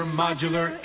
modular